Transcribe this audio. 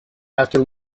after